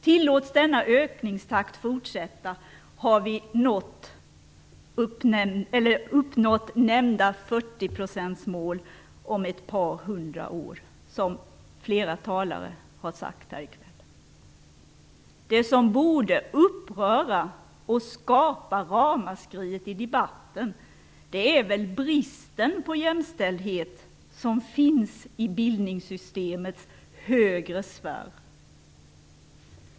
Tillåts denna ökningstakt att fortsätta har vi uppnått nämnda 40-procentsmål om ett par hundra år, som flera talare har sagt tidigare. Det som borde uppröra och skapa ramaskriet i debatten är väl den brist på jämställdhet som finns i bildningssystemets högre sfär.